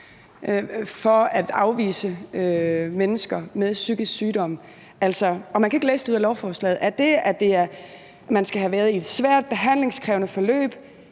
for at afvise mennesker med psykisk sygdom. Man kan ikke læse det ud af lovforslaget. Er det, at man skal have været i et svært behandlingskrævende forløb,